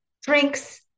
drinks